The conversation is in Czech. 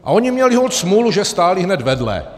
A oni měli holt smůlu, že stáli hned vedle.